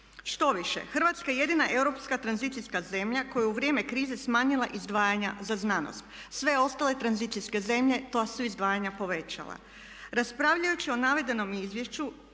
Štoviše, Hrvatska je jedina europska tranzicijska zemlja koja je u vrijeme krize smanjila izdvajanja za znanost. Sve ostale tranzicijske zemlje ta su izdvajanja povećala.